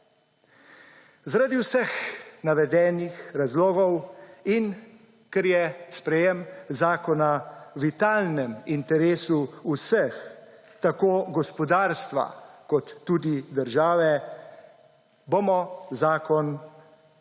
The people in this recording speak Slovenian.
Zaradi vseh navedenih razlogov in ker je sprejem zakona v vitalnem interesu vseh tako gospodarstva kot tudi države, bomo Zakon o rudarstvu,